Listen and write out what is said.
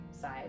side